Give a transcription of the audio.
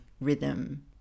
rhythm